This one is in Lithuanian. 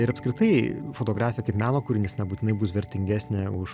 ir apskritai fotografija kaip meno kūrinys nebūtinai bus vertingesnė už